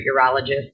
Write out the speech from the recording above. urologist